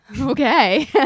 Okay